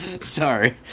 Sorry